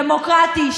דמוקרטי,